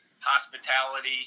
Hospitality